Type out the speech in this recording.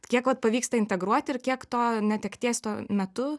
kiek vat pavyksta integruot ir kiek to netekties to metu